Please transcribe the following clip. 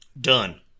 Done